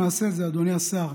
אדוני השר,